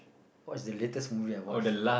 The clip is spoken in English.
what's the latest movie I watched